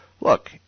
look